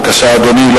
בבקשה, אדוני.